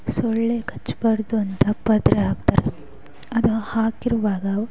ಸೊಳ್ಳೆ ಕಚ್ಚಬಾರ್ದು ಅಂತ ಪರ್ದೆ ಹಾಕ್ತಾರೆ ಅದು ಹಾಕಿರುವಾಗ